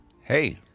Hey